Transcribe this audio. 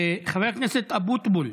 חבר הכנסת אבוטבול.